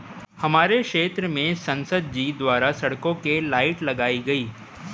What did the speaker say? हमारे क्षेत्र में संसद जी द्वारा सड़कों के लाइट लगाई गई